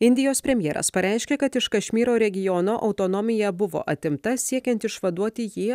indijos premjeras pareiškė kad iš kašmyro regiono autonomija buvo atimta siekiant išvaduoti jį